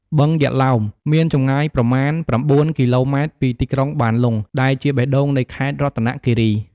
បឹងយក្សឡោម មានចម្ងាយប្រមាណ ប្រាំបួនគីឡូម៉ែតពីទីក្រុងបានលុង ដែលជាបេះដូងនៃខេត្តរតនគិរី។